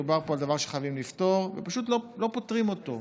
מדובר פה על דבר שחייבים לפתור ופשוט לא פותרים אותו.